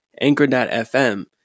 Anchor.fm